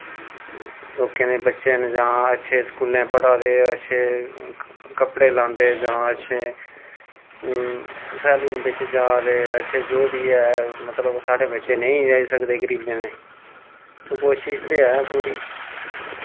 लोकें दे बच्चे न जां अच्छे स्कूलें पढ़ा दे अच्छे कपड़े लांदे जां अच्छे सैलून बिच्च जा दे अच्छे जो बी ऐ मतलब साढ़े बच्चे नेईं जाई सकदे गरीबें दे ते कोशश ते ऐ पूरी